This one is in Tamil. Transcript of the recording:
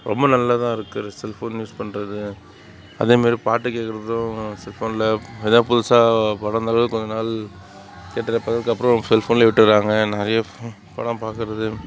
ரொம்ப நல்லா தான் இருக்குது செல்ஃபோன் யூஸ் பண்ணுறதும் அதே மாதிரி பாட்டு கேட்குறதும் செல்ஃபோனில் ஏதாவது புதுசாக படங்கள் கொஞ்சம் நாள் அப்புறம் செல் ஃபோன்லேயே விட்டுறாங்க நிறைய படம் பார்க்கறது